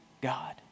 God